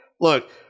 look